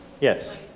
Yes